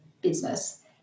business